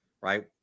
right